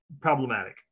problematic